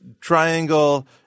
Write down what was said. triangle